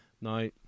Now